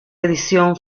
edición